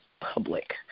Public